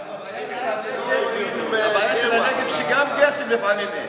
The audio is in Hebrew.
הבעיה של הנגב, שגם גשם לפעמים אין.